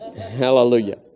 Hallelujah